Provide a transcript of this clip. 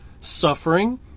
suffering